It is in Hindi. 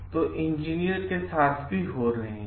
तो यह इंजीनियर के साथ भी हो रहे हैं